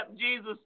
Jesus